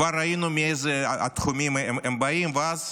כבר ראינו מאיזה תחומים הם באים, ואז